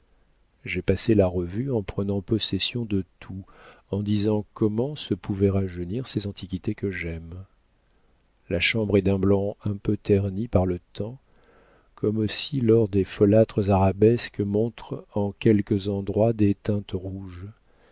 j'ai passé la revue en prenant possession de tout en disant comment se pouvaient rajeunir ces antiquités que j'aime la chambre est d'un blanc un peu terni par le temps comme aussi l'or des folâtres arabesques montre en quelques endroits des teintes rouges